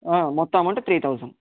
మొత్తం amount three thousand